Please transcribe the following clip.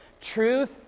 Truth